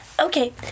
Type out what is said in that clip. Okay